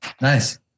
nice